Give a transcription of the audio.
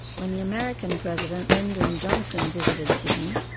when the american president lyndon johnson visited sydney,